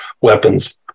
weapons